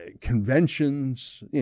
conventions